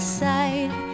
side